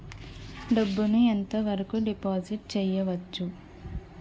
డబ్బు ను ఎంత వరకు డిపాజిట్ చేయవచ్చు?